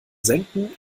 senken